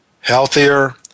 healthier